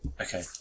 Okay